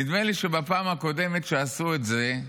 נדמה לי שבפעם הקודמת שעשו את זה,